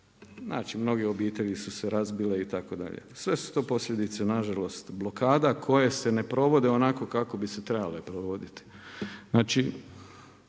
znači mnoge obitelji su se razbile itd. Sve su to posljedice nažalost blokada koje se ne provode onako kako bi se trebalo provoditi.